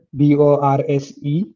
b-o-r-s-e